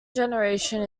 generation